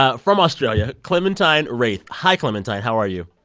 ah from australia, clementine wraith. hi clementine, how are you?